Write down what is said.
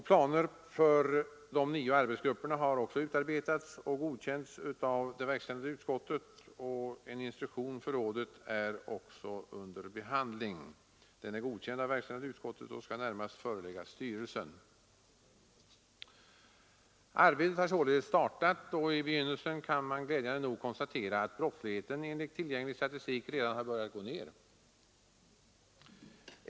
Planer för de nio arbetsgrupperna har också utarbetats och godkänts av det verkställande utskottet, och en instruktion för rådet är under behandling. Den är godkänd av verkställande utskottet och skall närmast föreläggas styrelsen. Arbetet har således startat, och i begynnelsen kan man glädjande nog konstatera att brottsligheten enligt tillgänglig statistik redan har börjat gå ner.